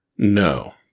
No